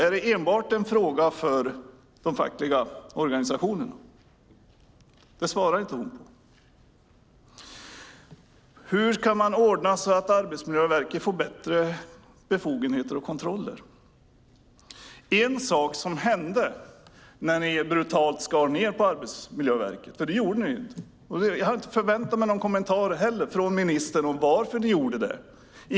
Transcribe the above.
Är det enbart en fråga för de fackliga organisationerna? Det svarade inte ministern på. Hur kan man ordna så att Arbetsmiljöverket får bättre befogenheter och kontroller? Ni har brutalt skurit ned på Arbetsmiljöverket. Jag har inte förväntat mig någon kommentar från ministern om varför ni gjorde det.